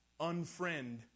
unfriend